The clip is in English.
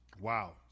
Wow